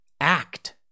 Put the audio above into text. act